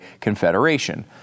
confederation